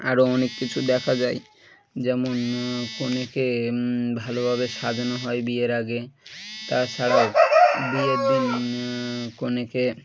আরও অনেক কিছু দেখা যায় যেমন কনেকে ভালোভাবে সাজানো হয় বিয়ের আগে তাছাড়াও বিয়ের দিন কনেকে